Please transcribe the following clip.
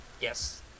yes